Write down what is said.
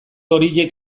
horiek